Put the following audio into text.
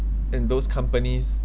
in those companies